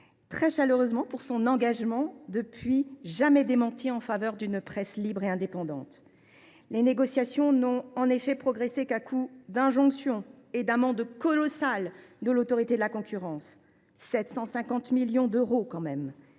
très chaleureusement pour son engagement jamais démenti en faveur d’une presse libre et indépendante. Les négociations n’ont en effet progressé qu’à coups d’injonctions et d’amendes colossales de l’Autorité de la concurrence, pour un montant